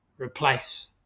replace